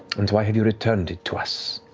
and why have you returned it to us?